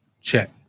Check